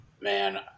Man